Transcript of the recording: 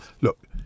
look